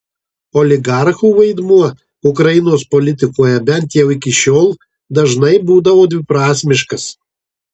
oligarchų vaidmuo ukrainos politikoje bent jau iki šiol dažnai būdavo dviprasmiškas